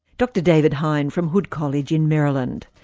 dr david hein from hood college in maryland.